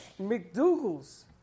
McDougal's